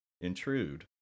intrude